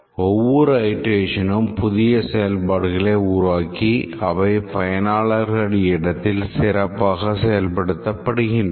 ஒவ்வொரு அயிரேட்ஷனும் புதிய செயல்பாடுகளை உருவாக்கி அவை பயனாளர்கள் இடத்தில் சிறப்பாக செயல்படுத்தப் படுகின்றன